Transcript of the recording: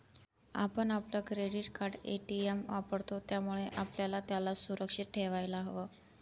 आपण आपलं credit card, ATM वापरतो, त्यामुळे आपल्याला त्याला सुरक्षित ठेवायला हव